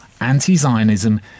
anti-Zionism